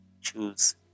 Choose